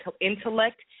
intellect